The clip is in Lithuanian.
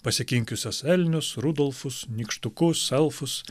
pasikinkiusias elnius rudolfus nykštukus elfus